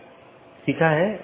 यह महत्वपूर्ण है